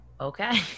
Okay